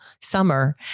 summer